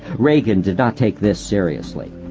reagan did not take this seriously.